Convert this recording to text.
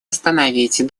остановить